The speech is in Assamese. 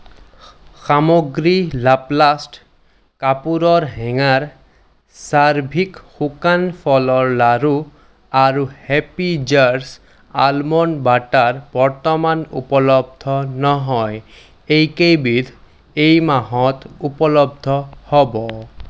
সামগ্ৰী লাপ্লাষ্ট কাপোৰৰ হেঙাৰ চাৰ্ভিক শুকান ফলৰ লাড়ু আৰু হেপী জাৰ্ছ আলমণ্ড বাটাৰ বৰ্তমান উপলব্ধ নহয় এইকেইবিধ এই মাহত উপলব্ধ হ'ব